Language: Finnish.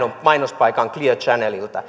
mainospaikan clear channelilta millä